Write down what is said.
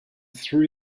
through